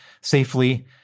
safely